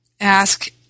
ask